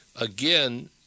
Again